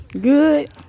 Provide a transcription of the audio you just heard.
good